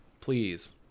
Please